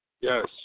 Yes